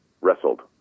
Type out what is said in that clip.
Wrestled